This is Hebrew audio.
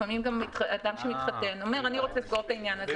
לפעמים אדם שמתחתן אומר: אני רוצה לסגור את העניין הזה,